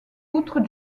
outre